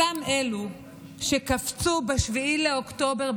אותם אלו שקפצו ב-7 באוקטובר,